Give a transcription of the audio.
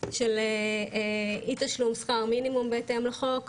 של אי תשלום שכר מינימום בהתאם לחוק,